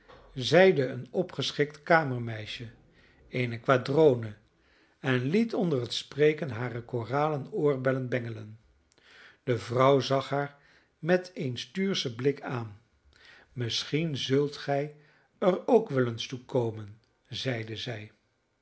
zeide een opgeschikt kamermeisje eene quadrone en liet onder het spreken hare koralen oorbellen bengelen de vrouw zag haar met een stuurschen blik aan misschien zult gij er ook wel eens toe komen zeide zij